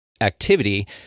activity